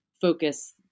focus